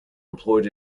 employed